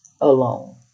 alone